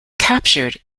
captured